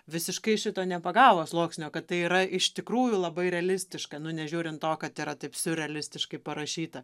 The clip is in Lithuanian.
visiškai šito nepagavo sluoksnio kad tai yra iš tikrųjų labai realistiška nu nežiūrint to kad yra taip siurrealistiškai parašyta